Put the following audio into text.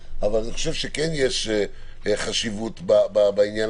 אבל אני חושבת שכן יש חשיבות לכרטיס,